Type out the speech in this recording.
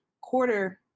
quarter